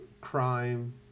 crime